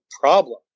problem